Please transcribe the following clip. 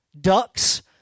Ducks